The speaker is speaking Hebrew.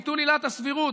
ביטול עילת הסבירות,